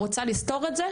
רוצה לסתור את זה?